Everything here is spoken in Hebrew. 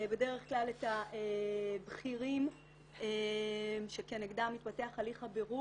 בדרך כלל את הבכירים שכנגדם מתפתח הליך הבירור.